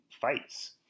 fights